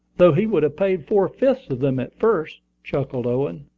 though he would pay four-fifths of them at first, chuckled owen,